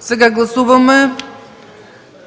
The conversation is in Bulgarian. Сега гласуваме